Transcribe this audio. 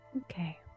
Okay